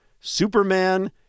Superman